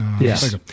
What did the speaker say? Yes